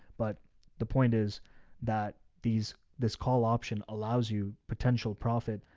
but the point is that these, this call option allows you potential profit,